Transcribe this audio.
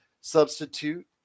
substitute